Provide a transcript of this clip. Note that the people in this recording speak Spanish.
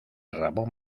ramón